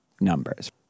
numbers